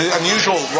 unusual